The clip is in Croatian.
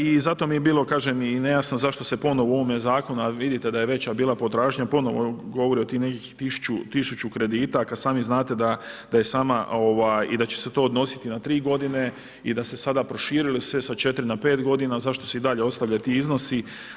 I zato mi je bilo, kažem, i nejasno zašto se ponovo u ovome zakonu, a vidite da je veća bila potražnja ponovo govori o tih nekih 1000 kredita kad sami znate da će se to odnositi na 3 godine i da se sada proširuje sa 4 na 5 godina, zašto se i dalje ostavljaju ti iznosi?